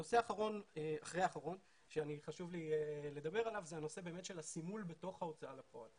נושא נוסף שחשוב לי לדבר עליו זה הנושא של הסימול בתוך ההוצאה לפועל.